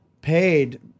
paid